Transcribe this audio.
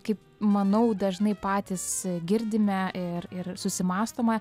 kaip manau dažnai patys girdime ir ir susimąstome